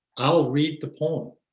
i'll read the poem.